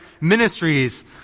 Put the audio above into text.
ministries